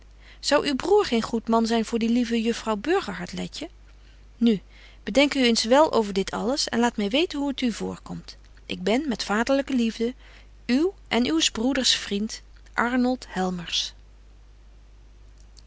zou uw broêr geen goed man zyn voor die lieve juffrouw burgerhart letje nu bedenk u eens wel over dit alles en laat my weten hoe t u voorkomt ik ben met vaderlyke liefde uw en uws broeders vriend